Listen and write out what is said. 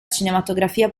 cinematografia